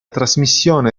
trasmissione